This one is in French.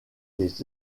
les